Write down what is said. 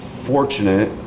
fortunate